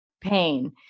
pain